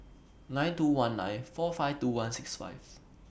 nine two one nine four five two one six five